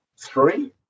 three